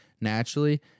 naturally